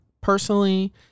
personally